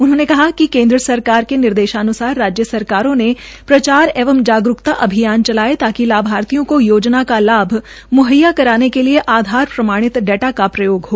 उन्होंने कहा कि केन्द्र सरकार के निदेशानुसार राज्य सरकारों ने प्रचार एवं जागरूकता अभियान चलाये ताकि लाभार्थियों को योजना का लाभ मुहैया कराने के लिए आधार प्रमाणित डाटा का ही प्रयोग हो